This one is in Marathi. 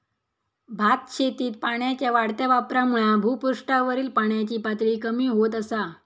भातशेतीत पाण्याच्या वाढत्या वापरामुळा भुपृष्ठावरील पाण्याची पातळी कमी होत असा